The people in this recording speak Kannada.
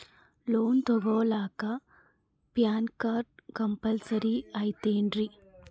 ಲೋನ್ ತೊಗೊಳ್ಳಾಕ ಪ್ಯಾನ್ ಕಾರ್ಡ್ ಕಂಪಲ್ಸರಿ ಐಯ್ತೇನ್ರಿ?